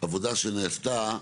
עבודה שנעשתה,